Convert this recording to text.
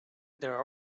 there